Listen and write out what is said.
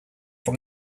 from